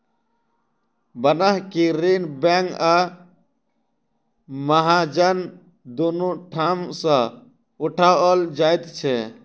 बन्हकी ऋण बैंक आ महाजन दुनू ठाम सॅ उठाओल जाइत छै